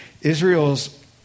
Israel's